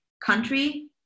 country